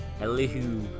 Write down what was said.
Elihu